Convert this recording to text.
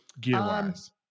gear-wise